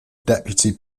deputy